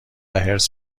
حرص